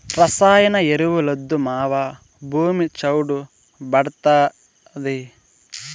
రసాయన ఎరువులొద్దు మావా, భూమి చౌడు భార్డాతాది